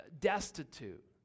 destitute